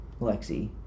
lexi